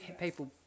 people